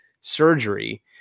surgery